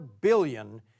billion